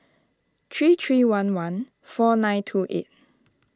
three three one one four nine two eight